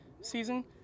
season